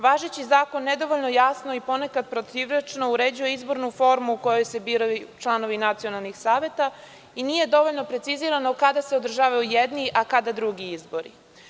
Važeći zakon nedovoljno jasno i ponekad protivrečno uređuje izbornu formu u kojoj se biraju članovi nacionalnih saveta i nije dovoljno precizirano kada se održavaju jedni a kada drugi izbori.